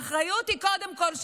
האחריות היא קודם כול שלנו.